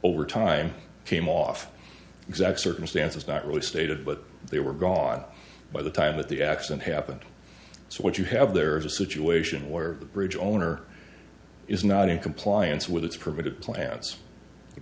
over time came off exact circumstances not really stated but they were gone by the time that the accident happened so what you have there is a situation where the bridge owner is not in compliance with its permitted plants the